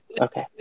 Okay